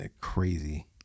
crazy